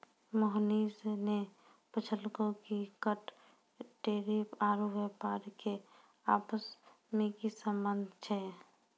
मोहनीश ने पूछलकै कि कर टैरिफ आरू व्यापार के आपस मे की संबंध छै